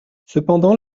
cependant